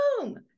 boom